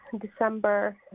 December